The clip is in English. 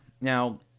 Now